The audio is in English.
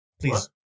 Please